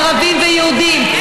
ערבים ויהודים,